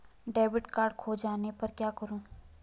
Debit card खो जाने पर क्या करूँ?